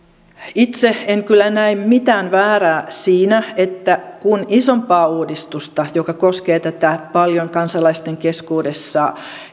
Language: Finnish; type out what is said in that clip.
itse en kyllä näe mitään väärää siinä että kun isompaa uudistusta joka koskee tätä paljon kansalaisten keskuudessa